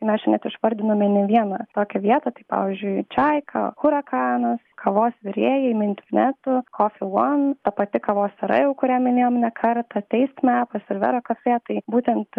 mes čia net išvardinome ne vieną tokią vietą tai pavyzdžiui čiaika hurakanas kavos virėjai mint vinetu coffee one ta pati kavos era jau kurią minėjom ne kartą teist mepas ir vero cafe tai būtent